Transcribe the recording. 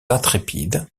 intrépides